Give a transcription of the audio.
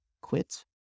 quit